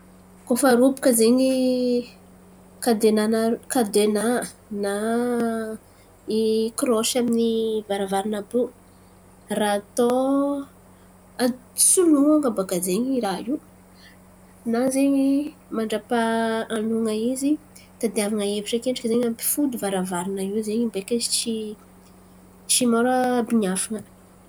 Koa fa robaka zen̈y kadenanarô kadena na i krôsy amin'ny varavarana àby io raha atao soloan̈a bàka zen̈y i raha io. Na zen̈y mandrapaha an̈oloan̈a izy, tadiavan̈a hevitry akendriky zen̈y ampifody varavarana io zen̈y beka izy tsy tsy môra bin̈iafina.